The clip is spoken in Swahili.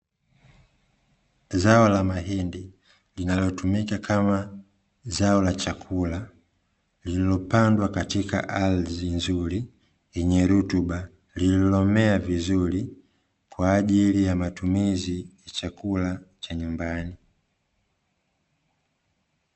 Zao la mahindi linalotumika kama zao la chakula lililopandwa katika ardhi nzuri yenye rutuba, lililomea vizuri kwa ajili ya matumizi ya chakula cha nyumbani.